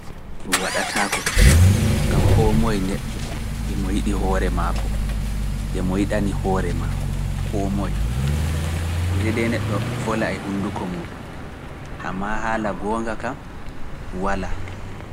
Ɗuum waɗataako, gam koo moye neɗɗo e mo yiɗi hoore mako, e mo yiɗani hoore mako, koo moye, sede neɗɗo vola e hunnduko muɗum, ammaa haala goonga kam, walaa.